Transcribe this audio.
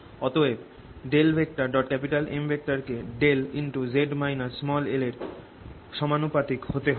অতএব M কে δ এর সাথে সমানুপাতিক হতে হবে